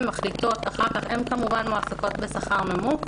הן כמובן מועסקות בשכר נמוך.